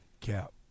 Cap